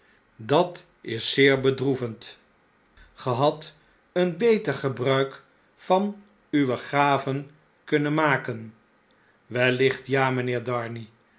dat is zeer bedroevend ge hadt een beter gebruik van uwe gaven kunnen maken wellicht ja mpheer darnay